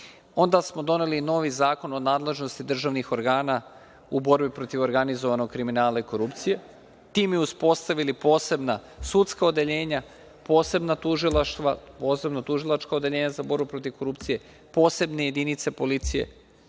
Onda smo doneli novi Zakon o nadležnosti državnih organa u borbi protiv organizovanog kriminala i korupcije, time uspostavili posebna sudska odeljenja, posebna tužilaštva, posebna tužilačka odeljenja za borbu protiv korupcije, posebne jedinice policije.